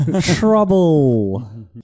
Trouble